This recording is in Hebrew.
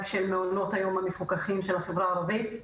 של מעונות היום המפוקחים של החברה הערבית.